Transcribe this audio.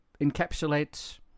encapsulates